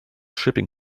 shipping